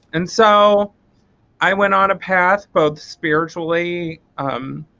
and so i went on a path both spiritually um